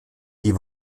die